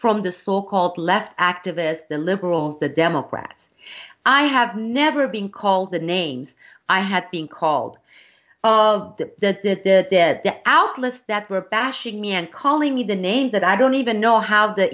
from the so called left activists the liberals the democrats i have never been called the names i had being called of that the dead outlets that were bashing me and calling me the names that i don't even know how the